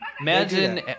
Imagine